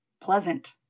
pleasant